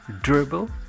Dribble